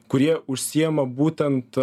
kurie užsiima būtent